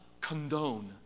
condone